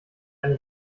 eine